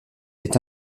est